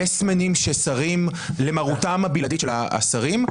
יס-מנים שסרים למרותם הבלעדית של השרים,